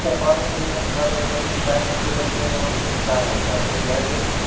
یہِ چھَو پَرُس تۅہہِ یِمن کَٹٲے کٔرمٕژ سارٕنٕے کُلٮ۪ن کِنہٕ یِمن چھِ کَرنے کَٹٲے کیٛازِ